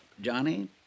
Johnny